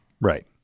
Right